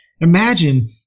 imagine